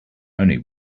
only